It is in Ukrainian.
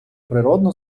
природно